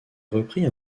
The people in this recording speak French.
reprit